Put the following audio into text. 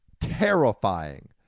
terrifying